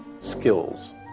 skills